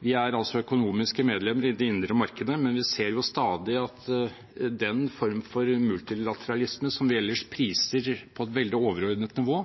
Vi er økonomiske medlemmer i det indre markedet, men vi ser jo stadig at den form for multilateralisme som vi ellers priser på et veldig overordnet nivå,